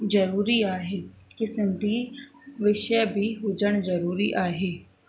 ज़रूरी आहे की सिंधी विषय भि हुजणु ज़रूरी आहे